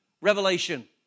revelation